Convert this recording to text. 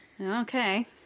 okay